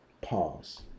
Pause